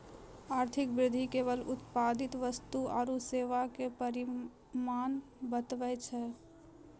आर्थिक वृद्धि केवल उत्पादित वस्तु आरू सेवा के परिमाण बतबै छै